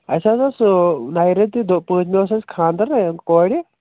اَسہِ حظ اوس نَیہِ رٮ۪تہِ دۄہ پٲنٛژمہِ اوس اَسہِ خانٛدر کورِ